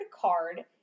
card